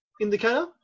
indicator